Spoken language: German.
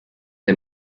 der